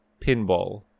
pinball